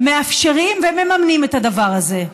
מאפשרים ומממנים את הדבר הזה.